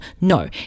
No